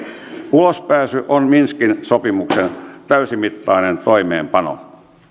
ulospääsy on minskin sopimuksen täysimittainen toimeenpano